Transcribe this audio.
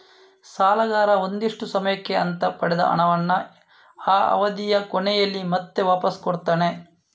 ಸಾಲಗಾರ ಒಂದಿಷ್ಟು ಸಮಯಕ್ಕೆ ಅಂತ ಪಡೆದ ಹಣವನ್ನ ಆ ಅವಧಿಯ ಕೊನೆಯಲ್ಲಿ ಮತ್ತೆ ವಾಪಾಸ್ ಕೊಡ್ತಾನೆ